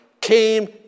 came